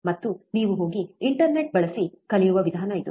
ಮತ್ತು ನೀವು ಹೋಗಿ ಇಂಟರ್ನೆಟ್ ಬಳಸಿ ಕಲಿಯುವ ವಿಧಾನ ಇದು